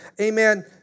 amen